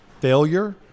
failure